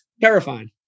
Terrifying